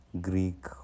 Greek